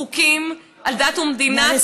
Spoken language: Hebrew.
חוקים על דת ומדינה, די.